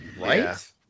right